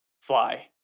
fly